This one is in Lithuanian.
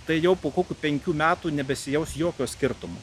tai jau po kokių penkių metų nebesijaus jokio skirtumo